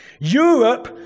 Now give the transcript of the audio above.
Europe